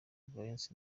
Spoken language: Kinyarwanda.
valens